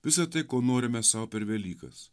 visa tai ko norime sau per velykas